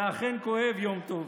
זה אכן כואב, יום טוב,